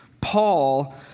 Paul